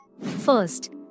First